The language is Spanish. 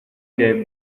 que